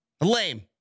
Lame